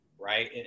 Right